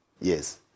Yes